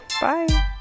Bye